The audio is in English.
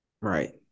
Right